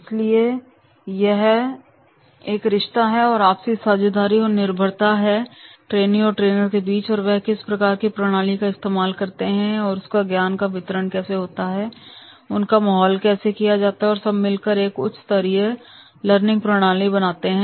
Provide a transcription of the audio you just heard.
इसलिए यह एक रिश्ता और आपसी साझेदारी और निर्भरता है ट्रेनी और ट्रेनर के बीच और वह किस प्रकार की प्रणाली का इस्तेमाल करते हैं और उनके ज्ञान का वितरण कैसे होता है उनका माहौल कैसा है यह सब मिलकर एक उच्च स्तरीय लर्निंग प्रणाली बनाते हैं